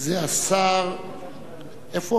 לחזור לחוק שלו, אבל השארנו אותו